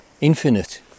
infinite